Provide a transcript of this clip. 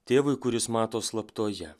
tėvui kuris mato slaptoje